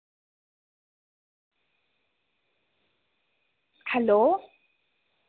hello